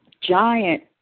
giant